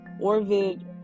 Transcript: Orvid